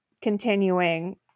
continuing